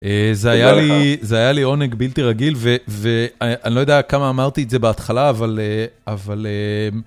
זה היה לי עונג בלתי רגיל, ואני לא יודע כמה אמרתי את זה בהתחלה, אבל...